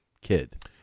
kid